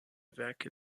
werke